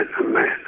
Amen